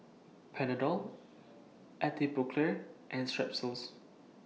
Panadol Atopiclair and Strepsils